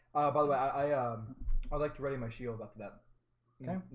by the way, i ah um i like to ready my shield up to them yeah,